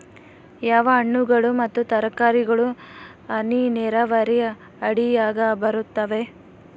ಯಾವ ಹಣ್ಣುಗಳು ಮತ್ತು ತರಕಾರಿಗಳು ಹನಿ ನೇರಾವರಿ ಅಡಿಯಾಗ ಬರುತ್ತವೆ?